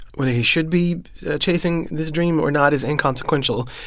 whether he should be chasing this dream or not is inconsequential.